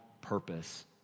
purpose